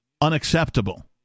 unacceptable